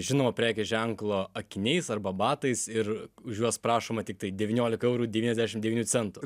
žinomo prekės ženklo akiniais arba batais ir už juos prašoma tiktai devyniolika eurų devyniasdešim devynių centų